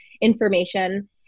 information